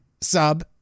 sub